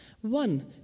One